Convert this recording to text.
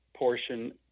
portion